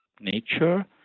nature